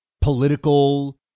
political